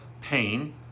pain